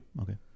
Okay